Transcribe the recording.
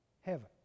heaven